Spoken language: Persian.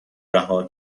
رها